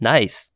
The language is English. Nice